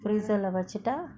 freezer lah வச்சிட்டா:vachita